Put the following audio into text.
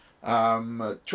Try